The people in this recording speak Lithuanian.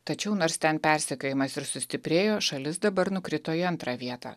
tačiau nors ten persekiojimas ir sustiprėjo šalis dabar nukrito į antrą vietą